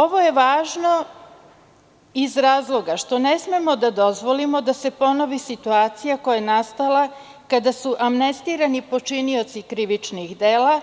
Ovo je važno iz razloga što ne smemo da dozvolimo da se ponovi situacija koja je nastala kada su amnestirani počinioci krivičnih dela